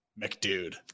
McDude